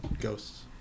ghosts